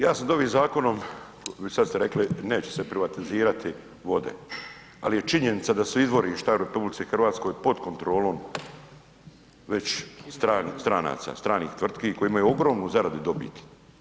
Jasno da ovim zakonom, sad ste rekli neće se privatizirati vode, ali je činjenica da su izvorišta u RH pod kontrolom već stranaca, stranih tvrtki koji imaju ogromnu zaradu i dobit.